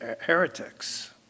heretics